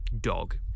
dog